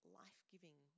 life-giving